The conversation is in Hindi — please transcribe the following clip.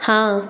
हाँ